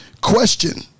question